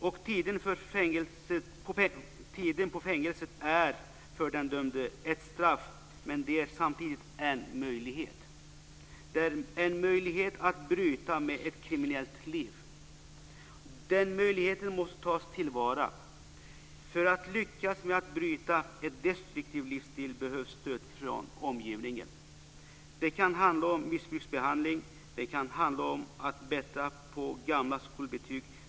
Och tiden på fängelset är för den dömde ett straff, men det är samtidigt en möjlighet. Det är en möjlighet att bryta med ett kriminellt liv. Den möjligheten måste tas till vara. För att lyckas med att bryta en destruktiv livsstil behövs stöd från omgivningen. Det kan handla om missbruksbehandling. Det kan handla om att bättra på gamla skolbetyg.